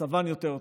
מצבן יותר טוב.